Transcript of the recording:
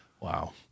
Wow